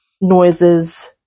noises